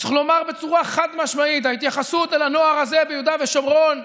צריך לומר בצורה חד-משמעית: ההתייחסות אל הנוער הזה ביהודה ושומרון,